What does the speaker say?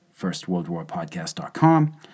FirstWorldWarPodcast.com